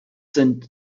sind